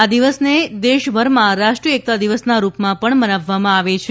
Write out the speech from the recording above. આ દિવસને દેશભરમાં રાષ્ટ્રીય એકતા દિવસના રૂપમાં પણ મનાવવામાં આવે છે